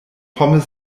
pommes